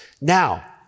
now